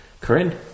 Corinne